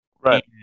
Right